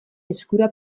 eskura